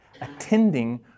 attending